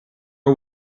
are